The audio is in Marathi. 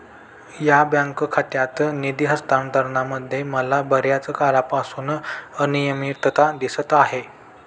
या बँक खात्यात निधी हस्तांतरणामध्ये मला बर्याच काळापासून अनियमितता दिसत आहे